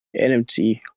NMT